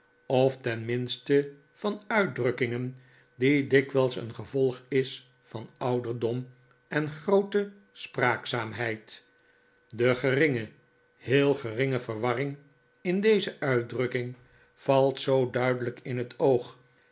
of tenminste van uitdrukkingen die dikwijls een gevolg is van ouderdom en groote spraakzaamheid de geringe heel geringe verwarring in deze uitdrukking valt zoo duidelijk in het oog